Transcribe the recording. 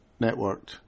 networked